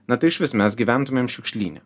na tai išvis mes gyventumėm šiukšlyne